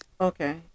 okay